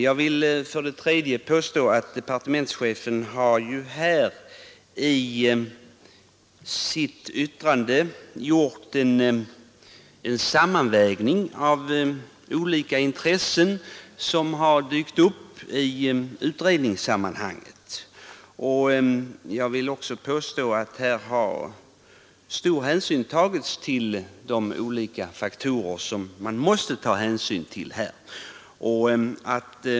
Jag vill för det tredje framhålla att departementschefen i sitt yttrande gjort en sammanvägning av olika intressen som har dykt upp i utredningssammanhanget. Jag vill också påstå att stor hänsyn har tagits till de faktorer som måste beaktas här.